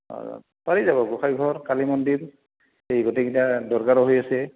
পাৰি যাব গোসাঁই ঘৰ কালী মন্দিৰ এই গোটেইকেইটা দৰকাৰো হৈ আছে